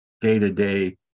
day-to-day